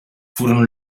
furono